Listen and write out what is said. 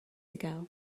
ago